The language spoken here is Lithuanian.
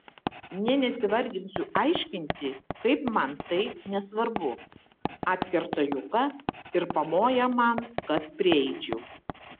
nė nesivarginsiu aiškinti kaip man tai nesvarbu atkerta juka ir pamoja man kad prieičiau